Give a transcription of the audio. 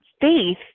faith